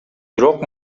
бирок